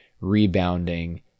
rebounding